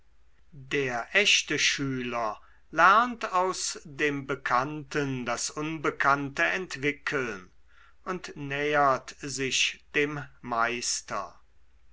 der echte schüler lernt aus dem bekannten das unbekannte entwickeln und nähert sich dem meister